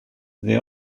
they